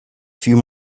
few